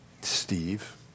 Steve